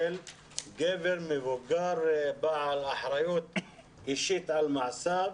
גבר מבוגר בעל אחריות אישית על מעשיו.